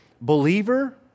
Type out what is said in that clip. believer